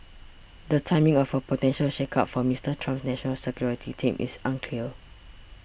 the timing of a potential shakeup for Mister Trump's national security team is unclear